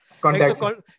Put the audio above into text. contact